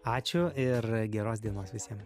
ačiū ir geros dienos visiem